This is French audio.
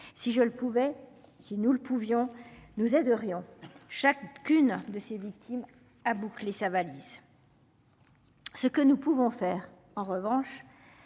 si je le pouvais. Si nous le pouvions nous est de Riom chacune. De ses victimes à boucler sa valise. Ce que nous pouvons faire en revanche.